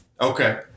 Okay